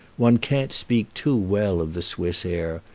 one can't speak too well of the swiss air,